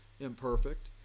imperfect